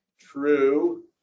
true